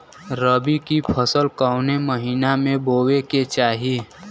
रबी की फसल कौने महिना में बोवे के चाही?